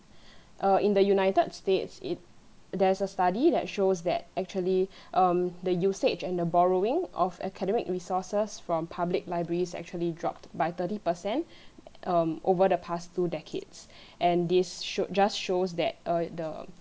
err in the United States it there's a study that shows that actually um the usage and the borrowing of academic resources from public libraries actually dropped by thirty percent um over the past two decades and this sho~ just shows that err the